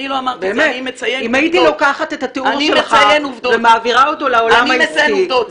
אם הייתי לוקחת את התיאור שלך ומעבירה אותו לעולם העסקי,